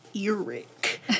Eric